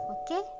okay